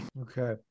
Okay